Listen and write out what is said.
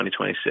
2026